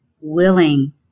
willing